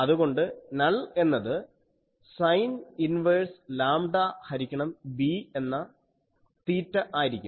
അതുകൊണ്ട് നൾ എന്നത് sine inverse lambda ഹരിക്കണം b എന്ന തീറ്റ ആയിരിക്കും